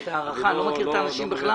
אני בכלל לא מכיר את האנשים.